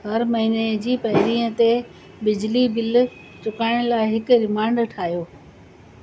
हर महीने जी पहिरींअ ते बिजली बिल चुकाइणु लाइ हिकु रिमाइंडर ठाहियो